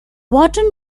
wharton